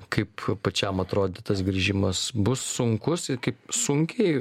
kaip pačiam atrodė tas grįžimas bus sunkus ir kaip sunkiai